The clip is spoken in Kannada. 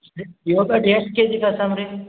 ಯೋಗಟ್ ಎಷ್ಟು ಕೆಜಿ ಕಳ್ಸಣ ರೀ